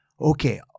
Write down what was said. Okay